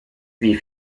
wie